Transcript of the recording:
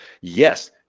Yes